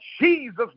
Jesus